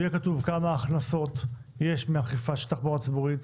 ויהיה כתוב כמה הכנסות יש מאכיפה של תחבורה ציבורית,